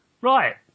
right